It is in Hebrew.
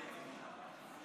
בקשה